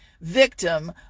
victim